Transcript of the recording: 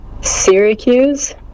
Syracuse